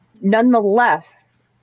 Nonetheless